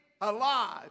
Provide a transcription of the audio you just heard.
alive